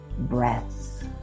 breaths